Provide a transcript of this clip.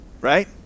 right